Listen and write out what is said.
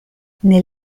nel